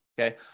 okay